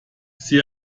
sie